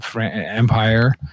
empire